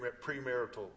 premarital